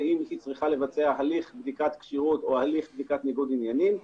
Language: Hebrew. ואם היא צריכה לבצע הליך בדיקת כשירות או הליך בדיקת ניגוד עניינים,